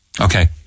Okay